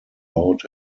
about